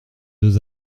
deux